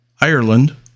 Ireland